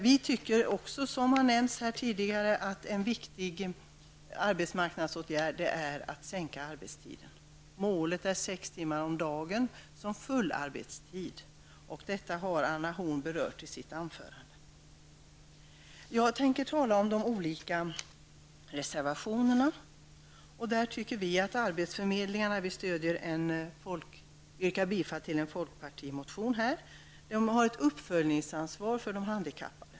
Vi tycker också att en viktig arbetsmarknadsåtgärd är att sänka arbetstiden. Målet är att full arbetstid skall utgöra sex timmar per dag. Detta har Anna Horn berört i sitt anförande. Jag avser att tala om reservationerna. Vi tycker att arbetsförmedlingarna har ett uppföljningsansvar för de handikappade. Vi yrkar här bifall till en folkpartireservation.